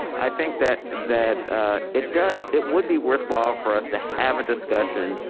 i think that that it does, it would be worthwhile for us to have a discussion,